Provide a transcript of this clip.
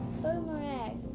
boomerang